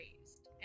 raised